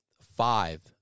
five